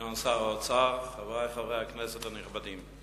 סגן שר האוצר, חברי חברי הכנסת הנכבדים,